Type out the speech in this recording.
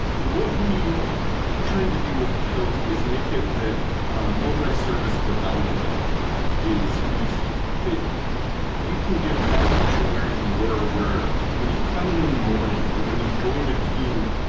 what we are trying to do with tilt is make it that multi-service development is easy, that you can get back to where you were where when you come in in the morning or when you join a team,